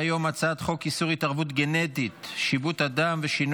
אין מתנגדים, אין